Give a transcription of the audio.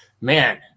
man